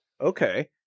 Okay